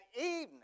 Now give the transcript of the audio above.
evening